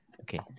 Okay